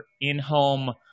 in-home